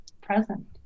present